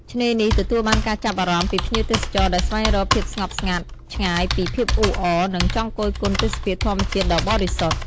ឆ្នេរនេះទទួលបានការចាប់អារម្មណ៍ពីភ្ញៀវទេសចរដែលស្វែងរកភាពស្ងប់ស្ងាត់ ឆ្ងាយពីភាពអ៊ូអរ និងចង់គយគន់ទេសភាពធម្មជាតិដ៏បរិសុទ្ធ។